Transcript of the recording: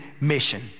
mission